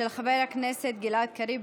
של חבר הכנסת גלעד קריב.